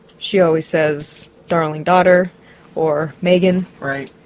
she always says darling daughter or megan. right.